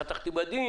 הוא כבר חתך בדים,